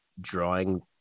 drawing